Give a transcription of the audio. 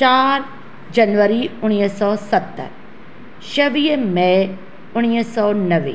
चारि जनवरी उणिवीह सौ सत छवीह मै उणिवीह सौ नवे